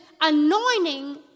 anointing